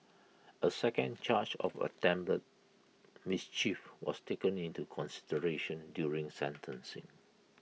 A second charge of attempted mischief was taken into consideration during sentencing